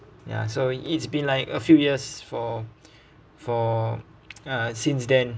ya so it's been like a few years for for uh since then